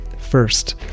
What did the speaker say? First